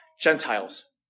Gentiles